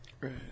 Right